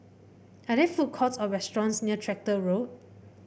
are there food courts or restaurants near Tractor Road